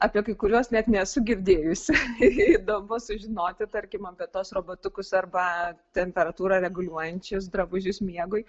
apie kai kuriuos net nesu girdėjusi įdomu sužinoti tarkim apie tuos robotukus arba temperatūrą reguliuojančius drabužius miegui